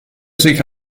sich